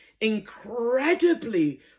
incredibly